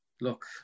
look